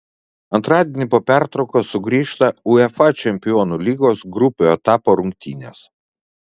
antradienį po pertraukos sugrįžta uefa čempionų lygos grupių etapo rungtynės